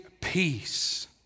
peace